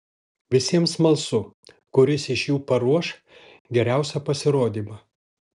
visiems smalsu kuris iš jų paruoš geriausią pasirodymą